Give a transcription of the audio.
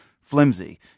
flimsy